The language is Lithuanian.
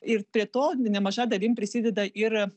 ir prie to nemaža dalim prisideda ir